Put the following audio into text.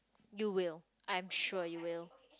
you will I am sure you will